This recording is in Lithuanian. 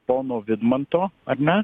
pono vidmanto ar ne